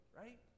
right